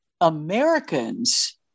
Americans